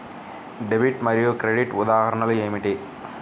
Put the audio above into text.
Debit మరియు credit ఉదాహరణలు ఏమిటీ?